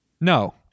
No